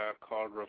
called